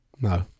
No